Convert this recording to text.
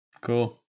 Cool